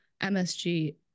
MSG